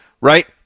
right